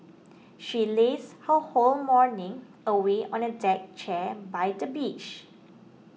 she lazed her whole morning away on a deck chair by the beach